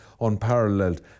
unparalleled